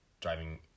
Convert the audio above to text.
driving